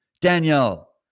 Danielle